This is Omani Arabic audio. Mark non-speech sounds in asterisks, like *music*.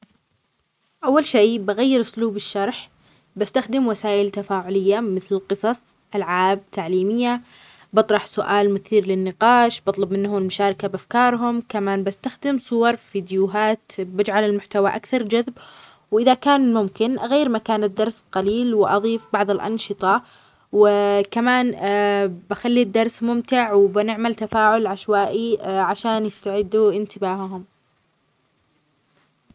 أول شيء بغير أسلوب الشرح بستخدم وسائل تفاعلية مثل القصص، ألعاب تعليمية، بطرح سؤال مثير للنقاش، بطلب منهم المشاركة بأفكارهم، كمان بستخدم صور، فيديوهات، بجعل المحتوى أكثر جذب، وإذا كان ممكن اغير مكان الدرس قليل، وأضيف بعض الأنشطة، و كمان *hesitation* بخلي الدرس ممتع وبنعمل تفاعل عشوائي عشان يستعدوا انتباههم.